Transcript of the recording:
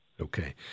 Okay